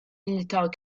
militants